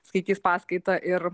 skaitys paskaitą ir